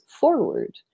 forward